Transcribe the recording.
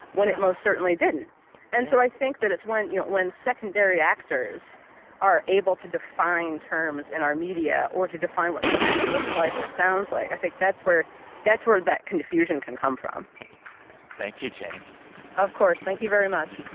when it most certainly didn't yeah and so i think that it's when you know, when secondary actors are able to define terms in our media or to define what something looks like or sounds like, i think that's where that's where that confusion can come from thank you, jane of course. thank you very much